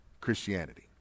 christianity